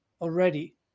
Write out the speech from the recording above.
already